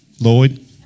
Lloyd